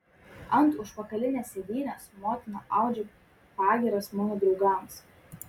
ant užpakalinės sėdynės motina audžia pagyras mano draugams